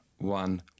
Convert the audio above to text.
One